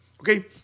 okay